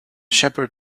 shepherd